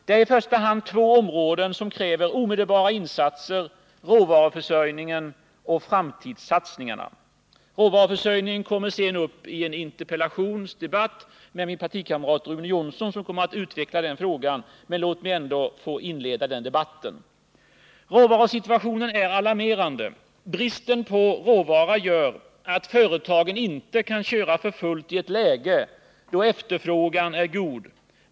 Det är i första hand två områden som kräver omedelbara insatser: råvaruförsörjningen och framtidssatsningarna. Råvaruförsörjningen kommer att behandlas senare i dagi en interpellationsdebatt, där min partikamrat Rune Jonsson kommer att utveckla den frågan. Låt mig ändå få inleda den debatten. Råvarusituationen är alarmerande. Bristen på råvara gör att företagen inte kan köra för fullt i ett läge där efterfrågan är god.